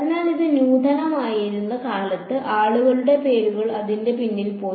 അതിനാൽ അത് നൂതനമായിരുന്ന കാലത്ത് ആളുകളുടെ പേരുകൾ അതിന്റെ പിന്നിൽ പോയി